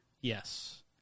Yes